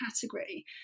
category